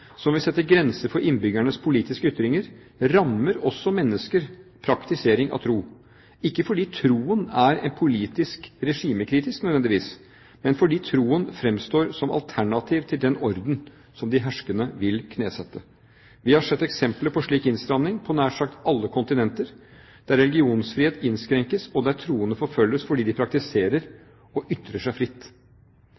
grenser for innbyggernes politiske ytringer, rammer også menneskers praktisering av tro, ikke fordi troen nødvendigvis er politisk regimekritisk, men fordi troen fremstår som alternativ til den orden som de herskende vil knesette. Vi har sett eksempler på slik innstramning på nær sagt alle kontinenter, der religionsfrihet innskrenkes, og der troende forfølges fordi de praktiserer